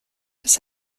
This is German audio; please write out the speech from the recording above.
das